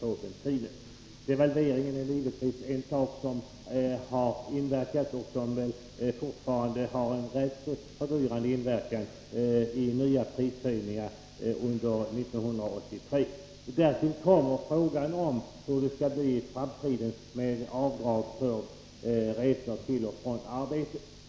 Också devalveringen har givetvis inverkat — och den har fortfarande en ganska fördyrande inverkan — och det har under 1983 tagit sig uttryck i nya prishöjningar. Därtill kommer frågan om hur det skall bli i framtiden när det gäller avdrag för resor till och från arbetet.